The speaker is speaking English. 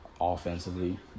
offensively